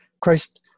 Christ